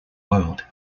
world